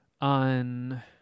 on